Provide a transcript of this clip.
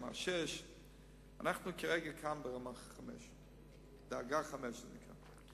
רמה 6. אנחנו כרגע כאן ברמה 5. דרגה 5 זה נקרא.